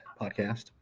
podcast